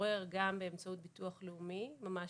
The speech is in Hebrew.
התעורר גם באמצעות הביטוח הלאומי ממש